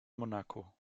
monaco